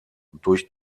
durch